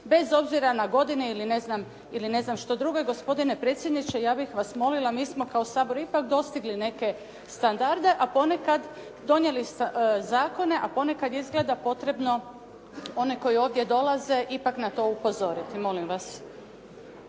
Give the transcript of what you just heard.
bez obzira na godine ili ne znam što drugo. I gospodine predsjedniče ja bih vas molila, mi smo kao Sabor ipak dostigli neke standarde, a ponekad, donijeli ste zakone, a ponekad izgleda potrebno one koji ovdje dolaze ipak na to upozoriti, molim vas.